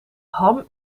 ham